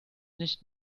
nicht